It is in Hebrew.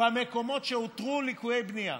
במקומות שאותרו ליקויי בנייה.